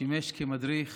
שימש מדריך